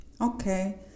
Okay